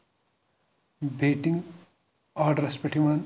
batting آرڈرَس پٮ۪ٹھ یِوان